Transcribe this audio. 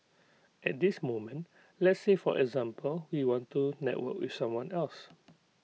at this moment let's say for example we want to network with someone else